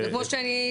זה כמו שאני,